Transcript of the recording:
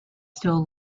still